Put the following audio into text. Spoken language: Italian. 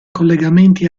collegamenti